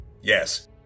Yes